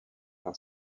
par